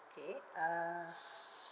K uh